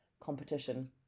competition